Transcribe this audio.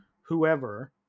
whoever